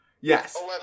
Yes